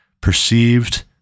perceived